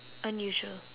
unusual